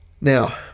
Now